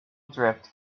drift